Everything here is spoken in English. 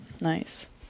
nice